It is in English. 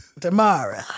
Tomorrow